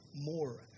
more